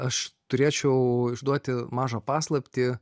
aš turėčiau išduoti mažą paslaptį